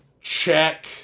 check